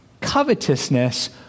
covetousness